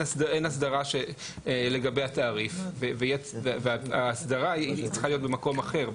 הסדרה לגבי התעריף וההסדרה צריכה להיות במקום אחר.